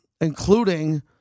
including